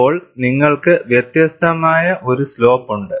അപ്പോൾ നിങ്ങൾക്ക് വ്യത്യസ്തമായ ഒരു സ്ലോപ്പ് ഉണ്ട്